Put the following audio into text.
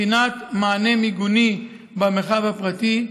בחינת מענה מיגוני במרחב הפרטי,